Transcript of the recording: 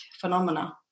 phenomena